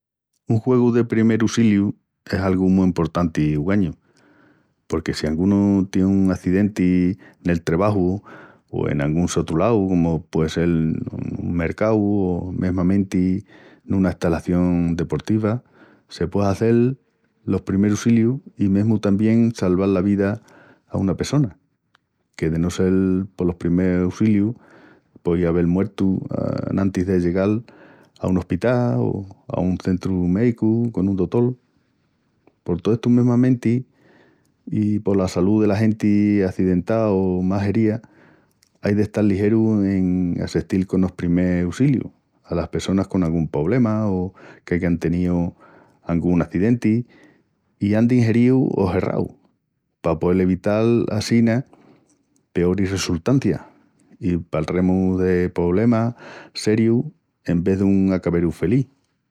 Un juegu de primel ussiliu es algu mu emportanti ugañu, porque si angunu tié un acidenti nel trebaju o en angún sotru lau comu puei sel nun mercau o mesmamenti nuna estalación deportiva, se puei hazel los primel ussilius i mesmu tamién salval la vida a una pessona, que de no sel polos primel ussilius poía avel muertu anantis d'allegal a un ospital o a un centru meicu con un dotol. Por tó estu mesmamenti i pola salú dela genti acidentá o mal hería, ai de estal ligerus en assestil conos primel ussilius alas pessonas con angún poblema o qu'aigan teníu angún acidenti i andin heríus o herraus, pa poel evital assina peoris resultancias i palremus de poblemas serius en ves dun acaberu felís.